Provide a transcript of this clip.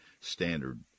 standard